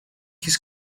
his